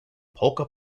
polka